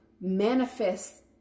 manifest